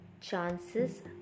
chances